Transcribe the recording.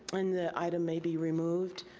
and the item may be removed.